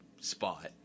spot